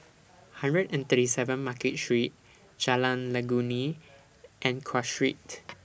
hundred and thirty seven Market Street Jalan Legundi and Cross Street